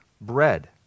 bread